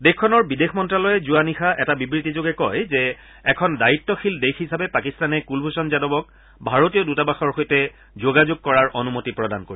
দেশখনৰ বিদেশ মন্ত্ৰালয়ে যোৱা নিশা এটা বিবৃতিযোগে কয় যে এখন দায়িত্বশীল দেশ হিচাপে পাকিস্তানে কুলভূষণ যাদৱক ভাৰতীয় দূতাবাসৰ সৈতে যোগাযোগ কৰাৰ অনুমতি প্ৰদান কৰিব